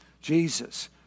Jesus